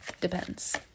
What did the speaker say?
Depends